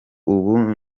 ubundi